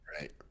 right